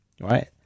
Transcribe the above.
Right